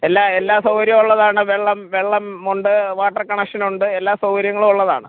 എല്ലാ എല്ലാ സൗകര്യവും ഉള്ളതാണ് വെള്ളം വെള്ളമുണ്ട് വാട്ടർ കണക്ഷൻ ഉണ്ട് എല്ലാ സൗകര്യങ്ങളും ഉള്ളതാണ്